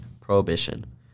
prohibition